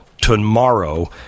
tomorrow